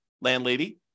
landlady